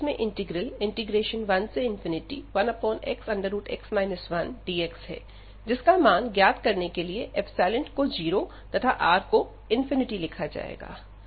इस केस में integral 11xx 1dx है जिसका मान ज्ञात करने के लिए को जीरो तथा R को लिखा जाएगा